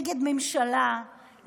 נגד ממשלה,